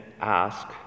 ask